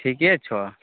ठिके छऽ